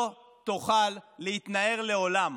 לא תוכל להתנער לעולם.